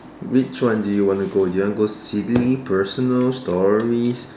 which one do you want to go do you want to go silly personal stories